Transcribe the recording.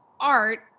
art